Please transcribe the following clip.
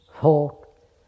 Thought